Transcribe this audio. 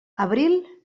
abril